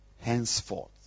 Henceforth